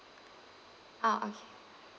ah okay